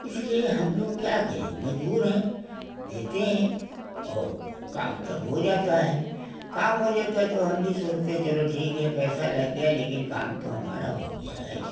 इसलिए हम लोग क्या करें मजबूर हैं देते हैं और काम तब हो जाता है काम हो जाता है तो हम भी सोचते चलो ठीक है पैसा लग गया लेकिन काम तो हमारा हो गया है